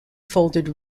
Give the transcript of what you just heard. folded